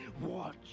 watch